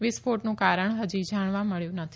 વિસ્ફોટનું કારણ હજી જાણવા મળ્યું નથી